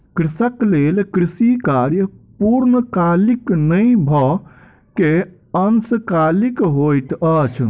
कृषक लेल कृषि कार्य पूर्णकालीक नै भअ के अंशकालिक होइत अछि